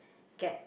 get